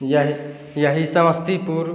यही यही समस्तीपुर